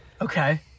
Okay